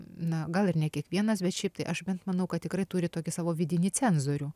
na gal ir ne kiekvienas bet šiaip tai aš bent manau kad tikrai turi tokį savo vidinį cenzorių